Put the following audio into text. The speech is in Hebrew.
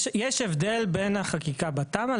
יש הבדל בין החקיקה בתמ"א,